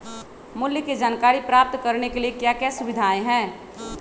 मूल्य के जानकारी प्राप्त करने के लिए क्या क्या सुविधाएं है?